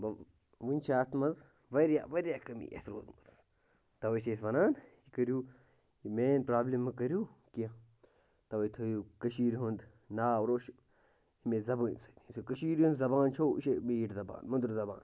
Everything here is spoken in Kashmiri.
وۅنۍ وُنہِ چھِ اَتھ منٛز واریاہ واریاہ کٔمی اَتھ روٗزمٕژ تَوَے چھِ أسۍ وَنان یہِ کٔرِو یہِ مین پرٛابلِم مہٕ کٔرِو کیٚنٛہہ تَوَے تھٲوِو کٔشیٖرِ ہُنٛد ناو روش اَمے زبٲنۍ سۭتۍ یُس کٔشیٖرِ ہٕنٛز زَبان چھَو یہِ چھَو میٖٹھ زبان مٔدٕر زبان